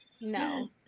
No